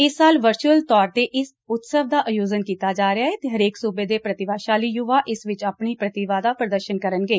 ਇਸ ਸਾਲ ਵਰਚੁਅਲ ਤੌਰ ਤੇ ਇਸ ਉਤਸਵ ਦਾ ਆਯੋਜਨ ਕੀਤਾ ਜਾ ਰਿਹਾ ਏ ਅਤੇ ਹਰੇਕ ਸੁਬੇ ਦੇ ਪਤੀਭਾਸ਼ਾਲੀ ਯਵਾ ਇਸ ਵਿਚ ਆਪਣੀ ਪਤੀਭਾ ਦਾ ਪੁਦਰਸ਼ਨ ਕਰਨਗੇ